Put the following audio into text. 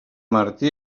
martí